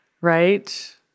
right